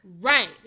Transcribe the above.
Right